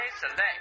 Select